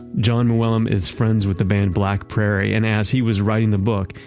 jon mooallem is friends with the band black prairie, and as he was writing the book,